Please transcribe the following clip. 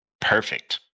perfect